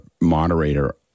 moderator